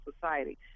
society